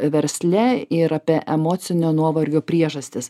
versle ir apie emocinio nuovargio priežastis